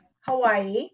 Hawaii